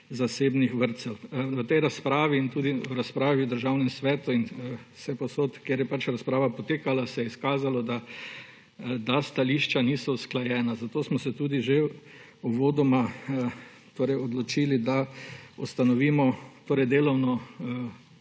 zasebnih vrtcev. V tej razpravi in tudi v razpravi v Državnem svetu in vsepovsod, kjer je pač razprava potekala, se je izkazalo, da stališča niso usklajena, zato smo se tudi že uvodoma odločili, da ustanovimo delovno